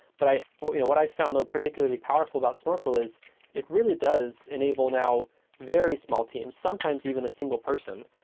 but what you know what i found though particularly powerful about snorkel is it really does enable now very small teams, sometimes even a single person,